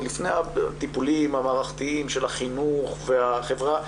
עוד לפני הטיפולים המערכתיים של החינוך והחברה,